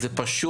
מדהים.